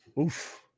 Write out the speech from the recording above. Oof